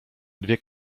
dwie